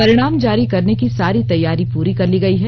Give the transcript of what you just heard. परिणाम जारी करने की सारी तैयारी पूरी कर ली गयी है